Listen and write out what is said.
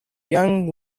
young